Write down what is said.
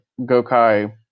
Gokai